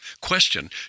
Question